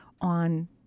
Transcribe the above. on